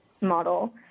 model